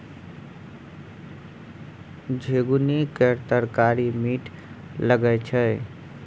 झिगुनी केर तरकारी मीठ लगई छै